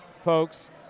folks